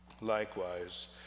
Likewise